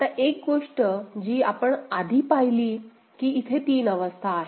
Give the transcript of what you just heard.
आता एक गोष्ट जी आपण आधी पाहिली की इथे 3 अवस्था आहेत